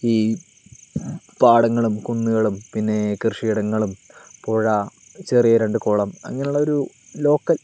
ഈ പാടങ്ങളും കുന്നുകളും പിന്നെ കൃഷിയിടങ്ങളും പുഴ ചെറിയ രണ്ടു കുളം അങ്ങനെയുള്ള ഒരു ലോക്കല്